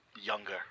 younger